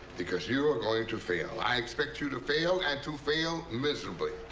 because you are going to fail. i expect you to fail and to fail miserably.